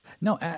No